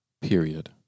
period